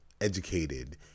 educated